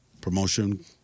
promotion